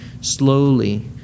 slowly